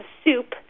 soup